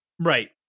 Right